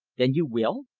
then you will?